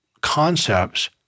concepts